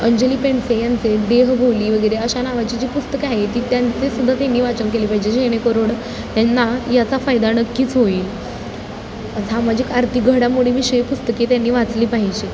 अंजली पेंडसे यांचे देहबोली वगैरे अशा नावाची जी पुस्तकं आहे ती त्यांचे सुद्धा त्यांनी वाचन केले पाहिजे जेणेकरूण त्यांना याचा फायदा नक्कीच होईल सामाजिक आर्थिक घडामोडी विषयी पुस्तके त्यांनी वाचली पाहिजेत